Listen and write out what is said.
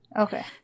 Okay